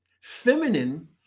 Feminine